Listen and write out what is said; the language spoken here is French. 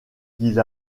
qu’il